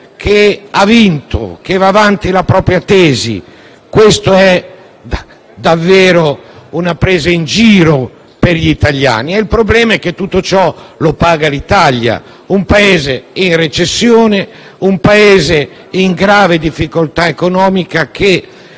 che ha vinto, che va avanti la propria tesi. È davvero una presa in giro per gli italiani. Il problema è che a pagarne il conto è l'Italia, un Paese in recessione, un Paese in grave difficoltà economica che,